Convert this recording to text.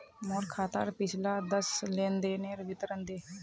मोर खातार पिछला दस लेनदेनेर विवरण दे